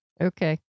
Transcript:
okay